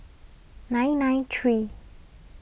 nine nine three